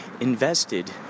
invested